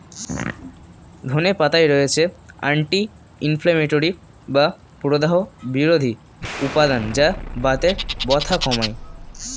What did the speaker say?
ধনে পাতায় রয়েছে অ্যান্টি ইনফ্লেমেটরি বা প্রদাহ বিরোধী উপাদান যা বাতের ব্যথা কমায়